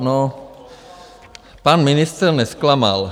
No, pan ministr nezklamal.